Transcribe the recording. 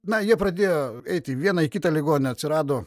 na jie pradėjo eiti į vieną į kitą ligoninę atsirado